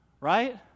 right